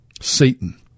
Satan